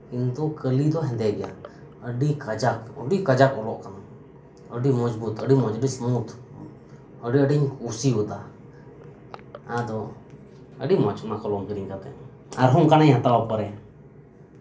ᱠᱤᱱᱛᱩ ᱠᱟᱞᱤ ᱫᱚ ᱦᱮᱸᱫᱮ ᱜᱮᱭᱟ ᱟᱹᱰᱤ ᱠᱟᱡᱟᱠ ᱟᱹᱰᱤ ᱠᱟᱡᱟᱠ ᱚᱞᱚᱜ ᱠᱟᱱᱟ ᱟᱹᱰᱤ ᱢᱚᱸᱡᱽᱵᱩᱛ ᱟᱹᱰᱤ ᱢᱚᱸᱡᱽ ᱟᱹᱰᱤ ᱥᱢᱩᱛᱷ ᱟᱹᱰᱤ ᱟᱹᱴᱤᱧ ᱠᱩᱥᱤᱭᱟᱫᱟ ᱟᱫᱚ ᱟᱹᱰᱤ ᱢᱚᱸᱡᱽ ᱚᱱᱟ ᱠᱚᱞᱚᱢ ᱠᱤᱨᱤᱧ ᱠᱟᱛᱮᱫ ᱟᱨᱚ ᱚᱱᱠᱟᱜ ᱤᱧ ᱦᱟᱛᱟᱣᱟ ᱯᱚᱨᱮ